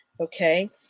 Okay